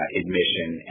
admission